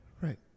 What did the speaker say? Right